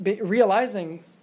realizing